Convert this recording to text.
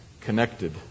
connected